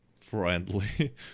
friendly